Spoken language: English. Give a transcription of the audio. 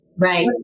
Right